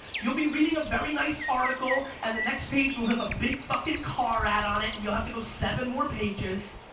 you'll be reading a very nice article, and the next page will have a big fucking car ad on it, and you'll have to go seven more pages.